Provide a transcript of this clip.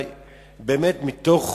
מתוך